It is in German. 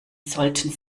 sollten